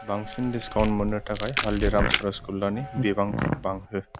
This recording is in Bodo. बांसिन डिसकाउन्ट मोन्नो थाखाय हालदिराम्स रसगुल्लानि बिबांखौ बांहो